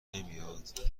نمیاد